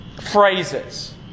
phrases